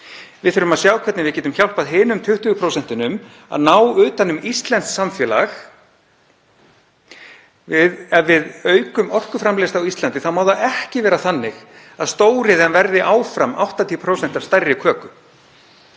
Við þurfum að sjá hvernig við getum hjálpað hinum 20% að ná utan um íslenskt samfélag. Ef við aukum orkuframleiðslu á Íslandi þá má það ekki vera þannig að stóriðjan verði áfram 80% af stærri köku